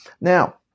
Now